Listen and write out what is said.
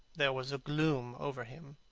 there was a gloom over him.